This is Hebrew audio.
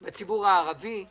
על סדר-היום רביזיה